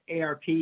ARP